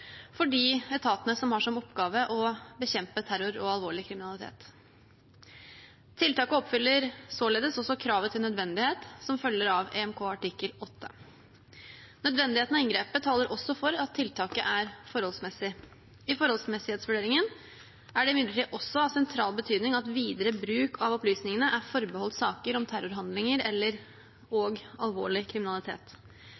for de etatene som har som oppgave å bekjempe terror og alvorlig kriminalitet. Tiltaket oppfyller således også kravet til nødvendighet som følger av EMK art. Nødvendigheten av inngrepet taler også for at tiltaket er forholdsmessig. I forholdsmessighetsvurderingen er det imidlertid også av sentral betydning at videre bruk av opplysningene er forbeholdt saker om terrorhandlinger